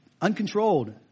uncontrolled